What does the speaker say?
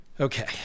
Okay